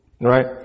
right